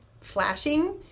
flashing